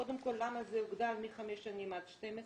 קודם כול, למה זה הוגדר מחמש שנים עד 12,